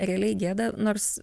realiai gėda nors